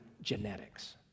genetics